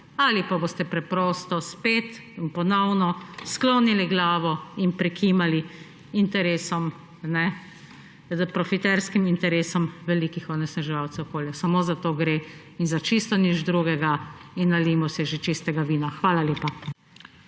ali pa boste preprosto spet in ponovno sklonili glavo in prikimali interesom, profitarskim interesom velikih onesnaževalcev okolja. Samo za to gre in za čisto nič drugega! In nalijmo si že čistega vina. Hvala lepa.